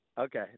Okay